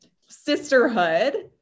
sisterhood